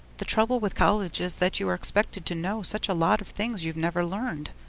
the trouble with college is that you are expected to know such a lot of things you've never learned.